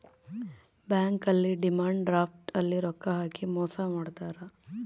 bank ಅಲ್ಲಿ demand draft ಅಲ್ಲಿ ರೊಕ್ಕ ಹಾಕಿ ಮೋಸ ಮಾಡ್ತಾರ